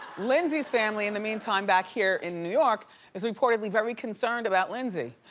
lindsey's family in the meantime back here in new york is reportedly very concerned about lindsey.